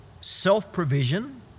self-provision